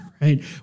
Right